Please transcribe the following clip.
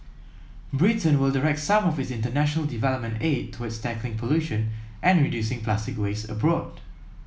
Britain will direct some of its international development aid towards tackling pollution and reducing plastic waste abroad